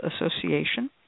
association